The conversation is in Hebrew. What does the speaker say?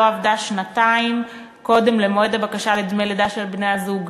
היא לא עבדה שנתיים קודם למועד הבקשה לדמי לידה של בני-הזוג.